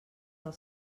del